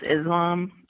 Islam